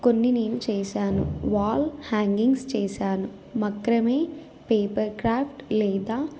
కొన్ని నేను చేశాను వాల్ హ్యాంగింగ్స్ చేశాను మక్రమే పేపర్ క్రాఫ్ట్ లేదా